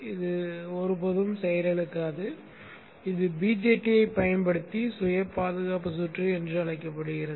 இது ஒருபோதும் செயலிழக்காது இது BJT ஐப் பயன்படுத்தி சுய பாதுகாப்பு சுற்று என்று அழைக்கப்படுகிறது